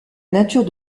nature